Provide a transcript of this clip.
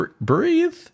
breathe